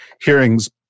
hearing's